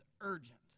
urgent